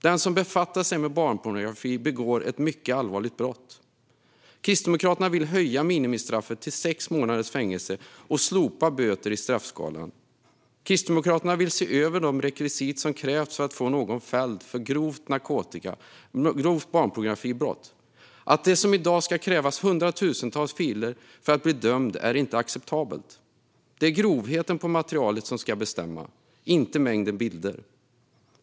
Den som befattar sig med barnpornografi begår ett mycket allvarligt brott. Kristdemokraterna vill höja minimistraffet till sex månaders fängelse och slopa böter i straffskalan. Kristdemokraterna vill se över de rekvisit som krävs för att få någon fälld för grovt barnpornografibrott. Att det som i dag ska krävas hundratusentals filer för att bli dömd är inte acceptabelt. Det är grovheten på materialet som ska bestämma, inte mängden bilder.